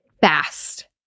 fast